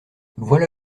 voilà